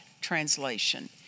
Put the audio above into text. translation